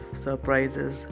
surprises